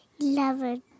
eleven